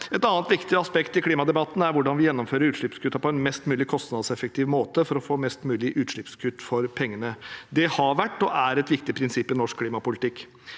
Et annet viktig aspekt i klimadebatten er hvordan vi gjennomfører utslippskuttene på en mest mulig kostnadseffektiv måte for å få mest mulig utslippskutt for pengene. Det har vært og er et viktig prinsipp i norsk klimapolitikk.